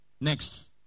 Next